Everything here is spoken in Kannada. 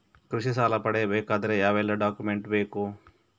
ಕೃಷಿ ಸಾಲ ಪಡೆಯಬೇಕಾದರೆ ಯಾವೆಲ್ಲ ಡಾಕ್ಯುಮೆಂಟ್ ಬೇಕು?